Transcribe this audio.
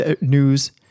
News